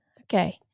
Okay